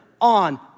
on